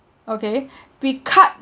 okay with card